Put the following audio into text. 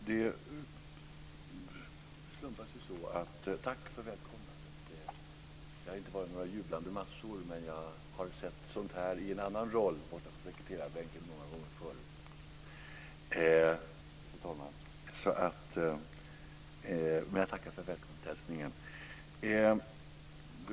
Fru talman! Tack för välkomnandet! Det har inte varit några jublande massor, men jag har sett sådant här i en annan roll borta på sekreterarbänken många gånger förut. Jag tackar alltså för välkomsthälsningen.